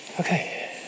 Okay